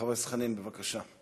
חבר הכנסת חנין, בבקשה.